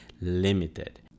limited